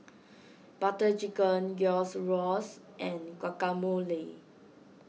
Butter Chicken and Guacamole